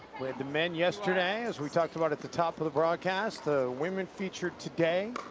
we had the men yesterday as we talked about at the top of the broadcast. the women feature today.